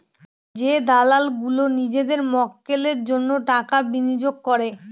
যে দালাল গুলো নিজেদের মক্কেলের জন্য টাকা বিনিয়োগ করে